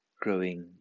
growing